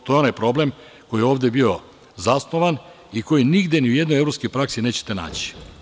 To je onaj problem koji je ovde bio zasnovan i koji nigde ni u jednoj evropskoj praksi nećete naći.